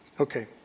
Okay